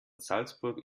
salzburg